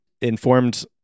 informed